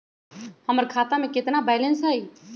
हमर खाता में केतना बैलेंस हई?